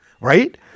Right